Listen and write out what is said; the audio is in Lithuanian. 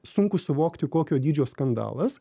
sunku suvokti kokio dydžio skandalas